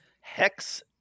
hex